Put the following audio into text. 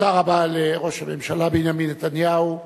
תודה רבה לראש הממשלה בנימין נתניהו.